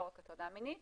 לא רק הטרדה מינית,